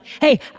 Hey